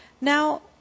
Now